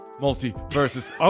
multi-versus